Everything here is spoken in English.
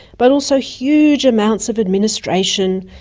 but also huge amounts of administration,